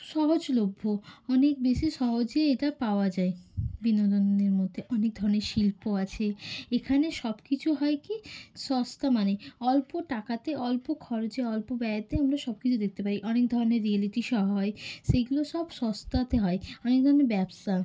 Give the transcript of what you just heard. সহজলভ্য অনেক বেশি সহজে এটা পাওয়া যায় বিনোদনের মধ্যে অনেক ধরনের শিল্প আছে এখানে সবকিছু হয় কী সস্তা মানে অল্প টাকাতে অল্প খরচে অল্প ব্যয়েতে আমরা সবকিছু দেখতে পাই অনেক ধরনের রিয়্যালিটি শো হয় সেইগুলো সব সস্তাতে হয় অনেক ধরনের ব্যবসা